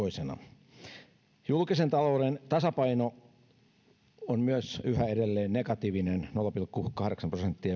toisena julkisen talouden tasapaino on myös yhä edelleen negatiivinen nolla pilkku kahdeksan prosenttia